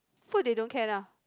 so they don't care lah